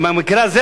במקרה הזה,